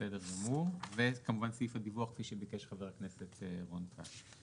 בסדר גמור וכמובן סעיף הדיווח כפי שביקש חבר הכנסת רון כץ,